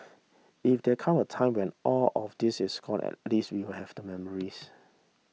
if there come a time when all of this is gone at least we will have the memories